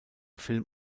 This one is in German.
film